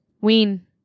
Ween